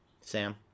Sam